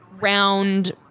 round